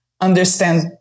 understand